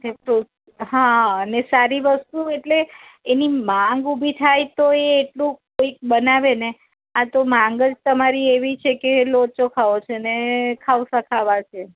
તેતો હા અને સારી વસ્તુ એટલે એની માંગ ઊભી થાય તો એ એટલું કોઈક બનાવે ને આતો માંગ જ તમારી એવી છેકે લોચો ખાવો છેને ખાઉસા ખાવા છે